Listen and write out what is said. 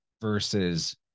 versus